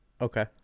okay